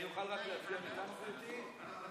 גברתי?